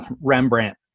Rembrandt